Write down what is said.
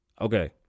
Okay